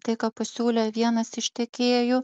tai ką pasiūlė vienas iš tiekėjų